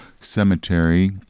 cemetery